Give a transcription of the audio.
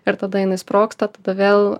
ir tada jinai sprogsta tada vėl